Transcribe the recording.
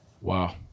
Wow